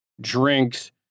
drinks